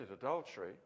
adultery